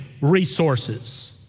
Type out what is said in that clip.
resources